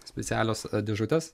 specialios dėžutės